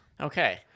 Okay